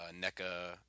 NECA